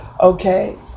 Okay